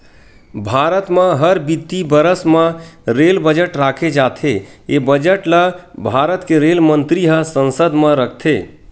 भारत म हर बित्तीय बरस म रेल बजट राखे जाथे ए बजट ल भारत के रेल मंतरी ह संसद म रखथे